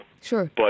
Sure